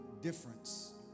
difference